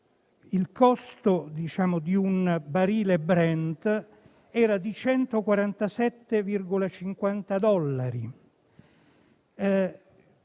il costo di un barile Brent era di 147,50 dollari;